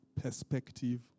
perspective